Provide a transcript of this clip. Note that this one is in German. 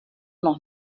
noch